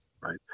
right